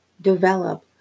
develop